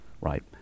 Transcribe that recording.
Right